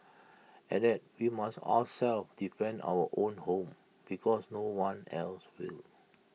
and that we must ourselves defend our own home because no one else will